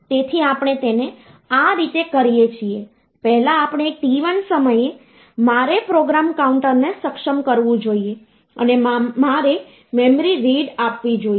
તેથી આપણે તેને આ રીતે કરીએ છીએ પહેલા આપણે t1 સમયે મારે પ્રોગ્રામ કાઉન્ટરને સક્ષમ કરવું જોઈએ અને મારે મેમરી રીડ આપવી જોઈએ